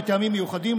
מטעמים מיוחדים,